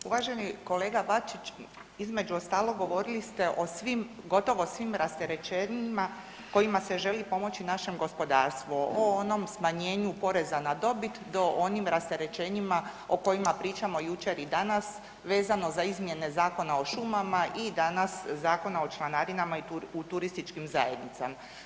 Uvaženi kolega Bačić, između ostalog govorili ste o svim, gotovo svim rasterećenjima kojima se želi pomoći našem gospodarstvu, o onom smanjenju poreza na dobit do onim rasterećenjima o kojima pričamo jučer i danas vezano za izmjene Zakona o šumama i danas Zakona o članarinama u turističkim zajednicama.